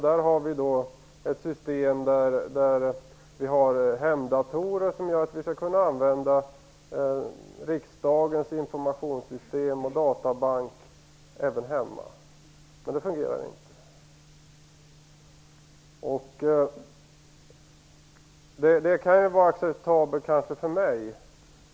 Där har vi ett system med hemdatorer som innebär att vi skall kunna använda riksdagens informationssystem och databank även hemma. Men det fungerar inte. Det kan kanske vara acceptabelt för mig.